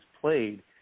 played